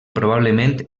probablement